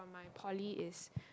um my poly is